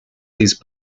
these